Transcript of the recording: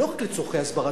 לא רק לצורכי הסברה,